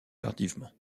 tardivement